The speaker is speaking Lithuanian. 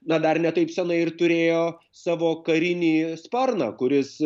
na dar ne taip senai ir turėjo savo karinį sparną kuris